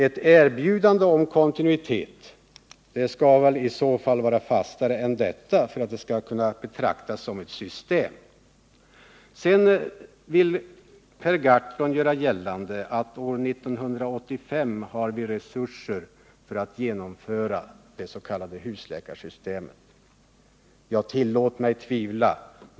Ett erbjudande om kontinuitet bör vara fastare än så för att det skall kunna betraktas som ett system. Sedan vill Per Gahrton göra gällande att år 1985 har vi resurser för att genomföra det s.k. husläkarsystemet. Tillåt mig tvivla!